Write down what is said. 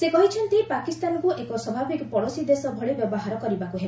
ସେ କହିଛନ୍ତି ପାକିସ୍ତାନକୁ ଏକ ସ୍ୱାଭାବିକ ପଡ଼ୋଶୀ ଦେଶ ଭଳି ବ୍ୟବହାର କରିବାକୁ ହେବ